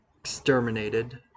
exterminated